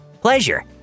Pleasure